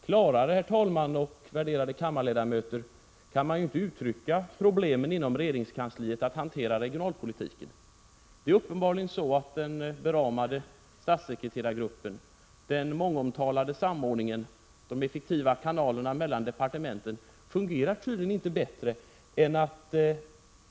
Klarare kan man inte, herr talman och värderade riksdagsledamöter, ge uttryck för 35 problemen inom regeringskansliet när det gäller att hantera regionalpolitiken. Den beramade statssekreterargruppen, den mångomtalade samordningen, de effektiva kanalerna mellan departementen fungerar uppenbarligen inte särskilt bra.